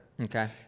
Okay